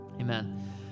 Amen